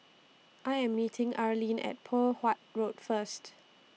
I Am meeting Arleen At Poh Huat Road First